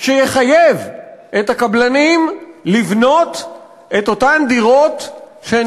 שיחייב את הקבלנים לבנות את אותן דירות שהם